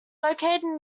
located